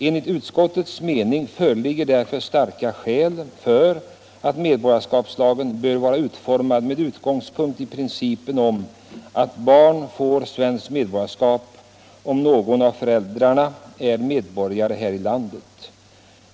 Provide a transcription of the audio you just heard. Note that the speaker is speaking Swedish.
Enligt utskottets mening föreligger därför starka skäl för att medborgarskapslagen bör vara utformad med utgångspunkt i principen om att barn får svenskt medborgarskap om någon av föräldrarna är medborgare här i landet.